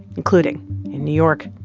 including in new york,